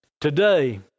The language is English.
Today